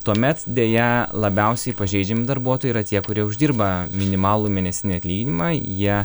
tuomet deja labiausiai pažeidžiami darbuotojai yra tie kurie uždirba minimalų mėnesinį atlyginimą jie